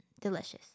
delicious